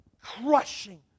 crushing